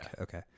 Okay